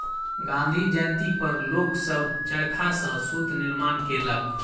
गाँधी जयंती पर लोक सभ चरखा सॅ सूत निर्माण केलक